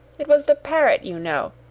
it was the parrot, you know.